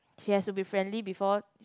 she has to be friendly before